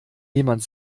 jemand